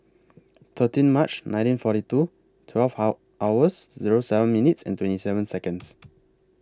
thirteen March nineteen forty two twelve hours Zero seven minutes and twenty seven Seconds